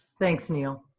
thanks, neil.